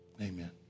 Amen